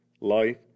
life